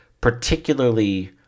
particularly